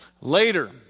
Later